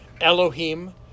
Elohim